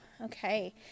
Okay